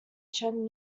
chen